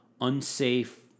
unsafe